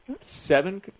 Seven